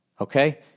Okay